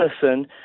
person